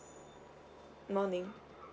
morning